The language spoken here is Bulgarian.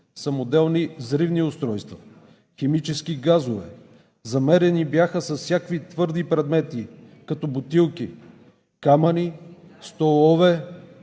самоделни взривни устройства, химически газове, замеряни бяха с всякакви твърди предмети, като бутилки, камъни, столове,